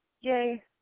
yay